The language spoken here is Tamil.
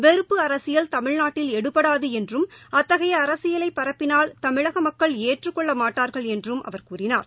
வெறுப்பு அரசியல் தமிழ்நாட்டில் எடுபடாதுஎன்றும் அத்தகையஅரசியலைபரப்பினால் தமிழகமக்கள் ஏற்றுக்கொள்ளமாட்டார்கள் என்றும் அவர் கூறினார்